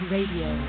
Radio